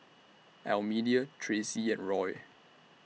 Almedia Traci and Roy